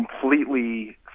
completely